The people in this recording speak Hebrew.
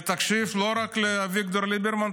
ותקשיבו לא רק לאביגדור ליברמן,